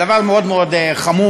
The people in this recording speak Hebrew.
הדבר מאוד מאוד חמור,